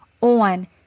on